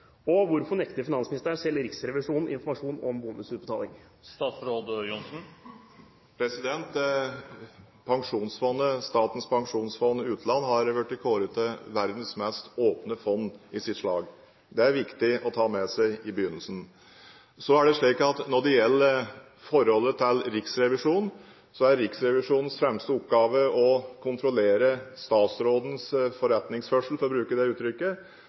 og hvorfor nekter finansministeren selv Riksrevisjonen informasjon om bonusutbetalinger? Pensjonsfondet, Statens pensjonsfond utland, har vært kåret til verdens mest åpne fond i sitt slag – det er viktig å ta med seg i begynnelsen. Når det gjelder forholdet til Riksrevisjonen: Riksrevisjonens fremste oppgave er å kontrollere statsrådens forretningsførsel – for å bruke det uttrykket